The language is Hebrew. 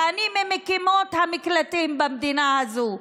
ואני ממקימות המקלטים במדינה הזאת,